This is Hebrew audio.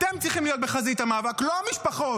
אתם צריכים להיות בחזית המאבק, לא המשפחות.